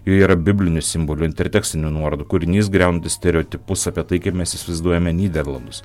joje yra biblinių simbolių intertekstinių nuorodų kūrinys griaunantis stereotipus apie tai kaip mes įsivaizduojame nyderlandus